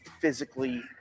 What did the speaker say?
physically